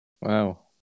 Wow